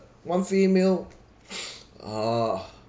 one free meal oo